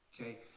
Okay